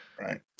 Right